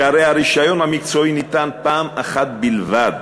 שהרי הרישיון המקצועי ניתן פעם אחת בלבד